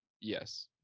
Yes